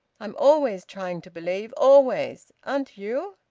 i'm always trying to believe always! aren't you?